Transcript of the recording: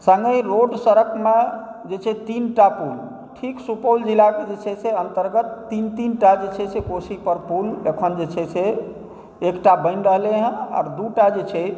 सङ्गे रोड सड़कमे जे छै तीन टा पुल ठीक सुपौल जिलाके जे छै से अन्तर्गत तीन तीन टा जे छै कोशीपर पुल एखन जे छै एकटा बनि रहलै हँ आओर दू टा जे छै